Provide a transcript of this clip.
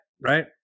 right